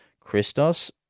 Christos